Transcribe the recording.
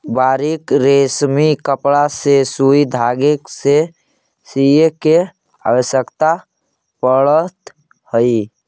बारीक रेशमी कपड़ा के सुई धागे से सीए के आवश्यकता पड़त हई